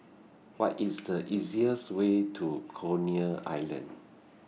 What IS The easiest Way to Coney Island